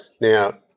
Now